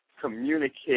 communicate